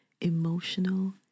emotional